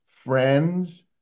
Friends